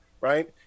right